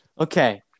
Okay